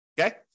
okay